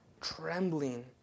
trembling